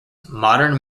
modern